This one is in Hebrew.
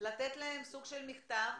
לתת להם סוג של מכתב